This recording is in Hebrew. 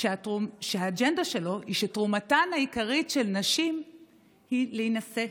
שהאג'נדה שלו היא שתרומתן העיקרית של נשים היא להינשא,